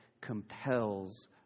compels